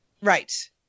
Right